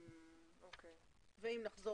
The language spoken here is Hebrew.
אם נחזור